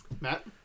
Matt